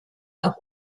auch